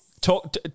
Talk